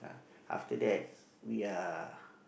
after that we are